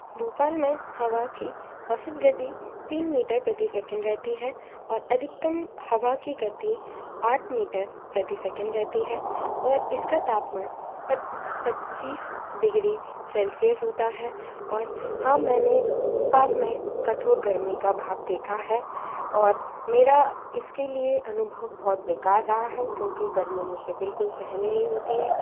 भोपाल में हवा की औसत गति तीन मीटर प्रति सेकंड रहती है और अधिकतम हवा की गति आठ मीटर प्रति सेकंड रहती है और इसका तापमान पच्चीस डिग्री सेल्सियस होता है और हाँ मैंने भोपाल में कठोर गर्मी का भाव देखा है और मेरा इसके लिए अनुभव बहुत बेकार रहा है क्योंकि गर्मी मुझसे बिल्कुल सहन नहीं होती है